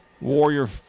Warrior